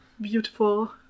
beautiful